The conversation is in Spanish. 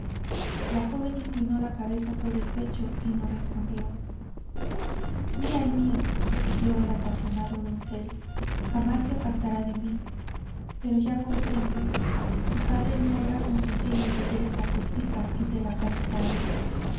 la joven inclinó la cabeza sobre el pecho y no respondió mira el mío prosiguió el apasionado doncel jamás se apartará de mí pero ya comprendo tu padre no habrá consentido en que lleves la sortija y te la habrá quitado